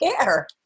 care